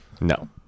No